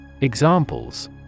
Examples